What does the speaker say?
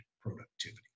productivity